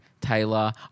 Taylor